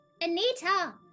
anita